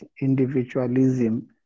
individualism